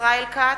ישראל כץ,